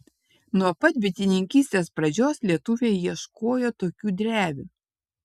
nuo pat bitininkystės pradžios lietuviai ieškojo tokių drevių